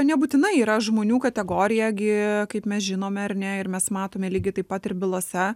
nebūtinai yra žmonių kategorija gi kaip mes žinome ar ne ir mes matome lygiai taip pat ir bylose